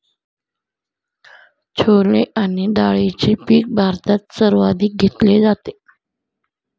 छोले आणि डाळीचे पीक भारतात सर्वाधिक घेतले जाते